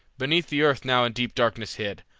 beneath the earth now in deep darkness hid,